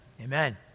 amen